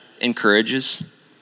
encourages